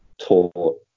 taught